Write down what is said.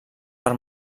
per